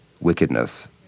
wickedness